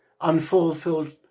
unfulfilled